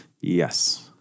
Yes